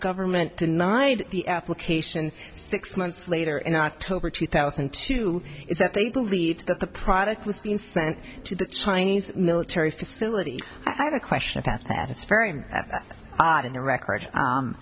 government tonight the application six months later in october two thousand and two is that they believe that the product was being sent to the chinese military facility i have a question about that it's very odd in the record